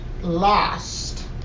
Lost